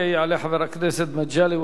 יעלה חבר הכנסת מגלי והבה.